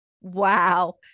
Wow